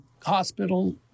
hospital